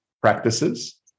practices